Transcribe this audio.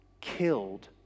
killed